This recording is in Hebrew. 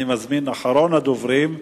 אני מזמין את אחרון הדוברים,